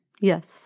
Yes